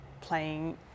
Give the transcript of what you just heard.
playing